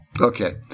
okay